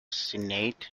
senate